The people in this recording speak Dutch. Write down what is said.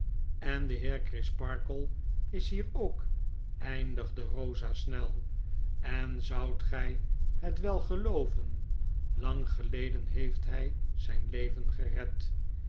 en de heer orisparkle is hier ook eindigde eosa snel en zoudt gy het wel gelooven lang geleden heeft hy zyn leven gerecl